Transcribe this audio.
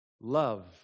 Love